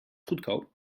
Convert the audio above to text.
goedkoop